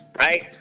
right